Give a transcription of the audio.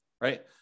right